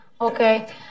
okay